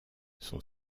son